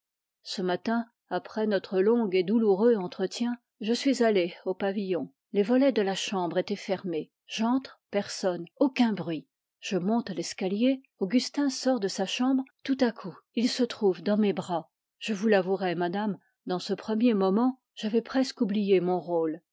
ce matin après notre entretien je suis allé au pavillon les volets de la chambre étaient fermés j'entre personne aucun bruit je monte l'escalier augustin sort de sa chambre tout à coup il se trouve dans mes bras je vous l'avouerai madame dans ce premier moment j'avais presque oublié mon rôle